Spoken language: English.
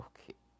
Okay